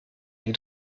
avec